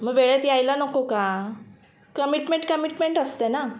मग वेळेत यायला नको का कमीटमेंट कमिटमेंट असते ना